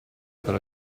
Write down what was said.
per